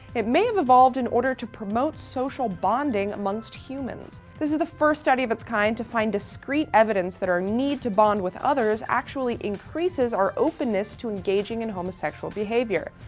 it may have evolved in order to promote social bonding amongst humans. this is the first study of its kind to find discrete evidence that our need to bond with others, actually increases our openness to engaging in homosexual behavior.